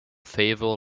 favor